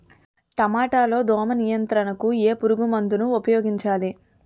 టమాటా లో దోమ నియంత్రణకు ఏ పురుగుమందును ఉపయోగించాలి?